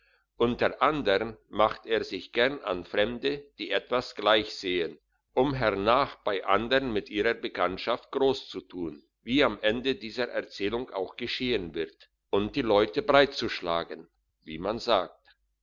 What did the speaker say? unter andern macht er sich gern an fremde die etwas gleich sehen um hernach bei andern mit ihrer bekanntschaft grosszutun wie am ende dieser erzählung auch geschehen wird und die leute breitzuschlagen wie man sagt